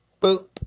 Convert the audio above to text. Boop